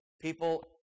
People